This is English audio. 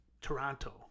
Toronto